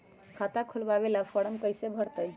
खाता खोलबाबे ला फरम कैसे भरतई?